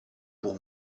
pour